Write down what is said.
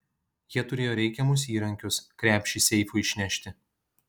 jie turėjo reikiamus įrankius krepšį seifui išnešti